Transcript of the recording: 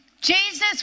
Jesus